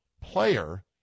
player